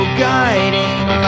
guiding